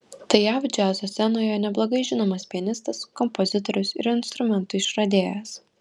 tai jav džiazo scenoje neblogai žinomas pianistas kompozitorius ir instrumentų išradėjas